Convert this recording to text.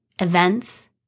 events